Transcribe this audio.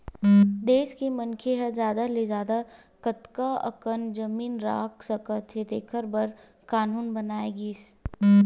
देस के मनखे ह जादा ले जादा कतना अकन जमीन राख सकत हे तेखर बर कान्हून बनाए गिस